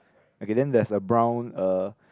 okay then there's a brown uh